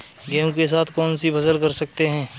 गेहूँ के साथ कौनसी फसल कर सकते हैं?